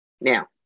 Now